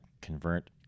convert